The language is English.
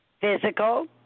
physical